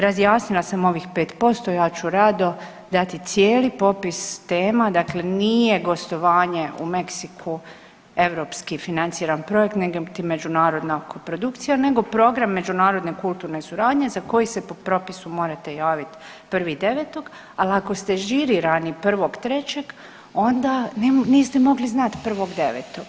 Razjasnila sam ovih 5%, ja ću rado dati cijeli popis tema, dakle nije gostovanje u Meksiku europski financiran projekt ... međunarodna koprodukcija nego program međunarodne kulturne suradnje za koji se po propisu morate javiti 1.9., ali ako ste žirirani 1.3., onda nema, niste mogli znati 1.9.